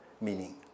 meaning